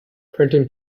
printing